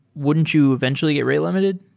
wouldn't you eventually get rate limited?